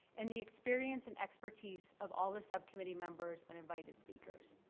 and the experience and expertise of all the subcommittee members and invited speakers.